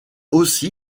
aussi